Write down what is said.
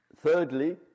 Thirdly